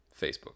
facebook